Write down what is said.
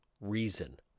reason